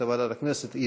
התשע"ז 2017,